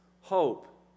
hope